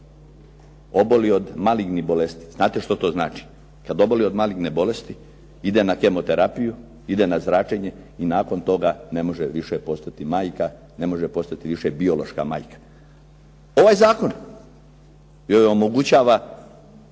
oboli od malignih bolesti. Znate što to znači? Kad oboli od maligne bolesti ide na kemoterapiju, ide na zračenje i nakon toga ne može više postati majka, ne može postati više biološka majka. Ovaj zakon joj omogućava